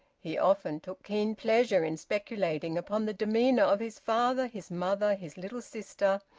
he often took keen pleasure in speculating upon the demeanour of his father, his mother, his little sister,